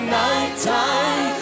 nighttime